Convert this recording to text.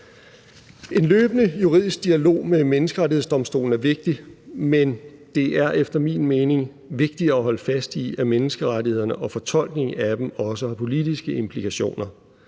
En løbende juridisk dialog med Menneskerettighedsdomstolen er vigtig, men det er efter min mening vigtigere at holde fast i, at menneskerettighederne og fortolkningen af dem også har politiske implikationer.